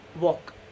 Walk